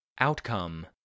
Outcome